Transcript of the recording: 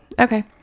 Okay